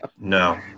no